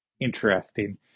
interesting